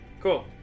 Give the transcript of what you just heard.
Cool